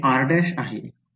विद्यार्थी ते r' आहे